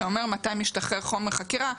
שאומר מתי משתחרר חומר חקירה.